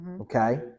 okay